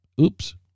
Oops